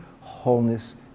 wholeness